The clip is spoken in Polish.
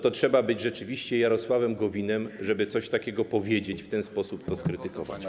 Trzeba być rzeczywiście Jarosławem Gowinem, żeby coś takiego powiedzieć, w ten sposób to skrytykować.